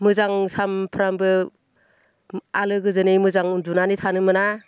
मोजां सानफ्रामबो आलो गोजोनै मोजां उन्दुनानै थानो मोना